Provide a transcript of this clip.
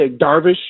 Darvish